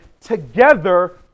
together